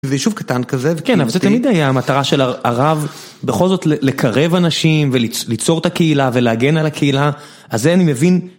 זה יישוב קטן כזה, וכן, אבל זה תמיד היה המטרה של הרב בכל זאת לקרב אנשים וליצור את הקהילה ולהגן על הקהילה, אז זה אני מבין.